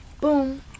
Boom